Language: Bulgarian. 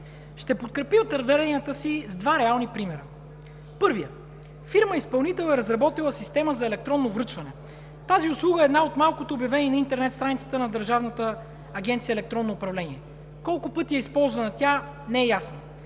Ще подкрепя твърденията си с два реални примера. Първият, фирма изпълнител е разработила система за електронно връчване. Тази услуга е една от малкото обявени на интернет страницата на Държавната агенция за електронно управление. Колко пъти е използвана тя, не е ясно.